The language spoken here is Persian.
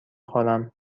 خورم